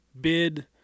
bid